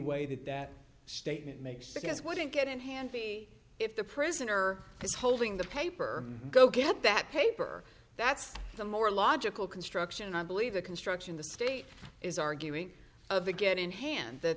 way that that statement makes the case wouldn't get in handy if the prisoner is holding the paper go get that paper that's the more logical construction i believe the construction the state is arguing over again in hand that